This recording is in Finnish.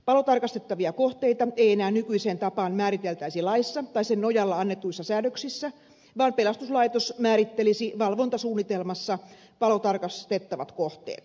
palotarkastettavia kohteita ei enää nykyiseen tapaan määriteltäisi laissa tai sen nojalla annetuissa säädöksissä vaan pelastuslaitos määrittelisi val vontasuunnitelmassa palotarkastettavat kohteet